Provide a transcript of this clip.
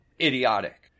idiotic